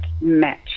match